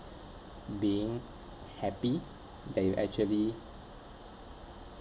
being happy that you actually